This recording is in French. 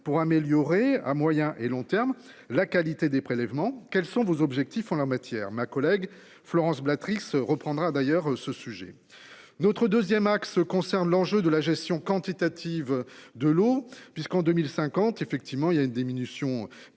pour améliorer à moyen et long terme, la qualité des prélèvements. Quels sont vos objectifs en la matière, ma collègue Florence. Reprendra d'ailleurs ce sujet notre 2ème axe concerne l'enjeu de la gestion quantitative de l'eau puisqu'en 2050 effectivement il y a une diminution prévue